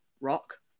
rock